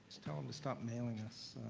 just tell them to stop mailing us